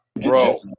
bro